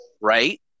Right